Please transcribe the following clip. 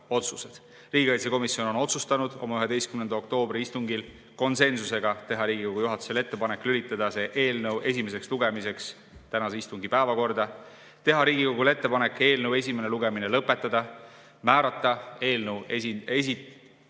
Riigikaitsekomisjon tegi oma 11. oktoobri istungil konsensusega otsuse teha Riigikogu juhatusele ettepanek lülitada see eelnõu esimeseks lugemiseks tänase istungi päevakorda, teha Riigikogule ettepanek eelnõu esimene lugemine lõpetada ja määrata eelnõu esindajaks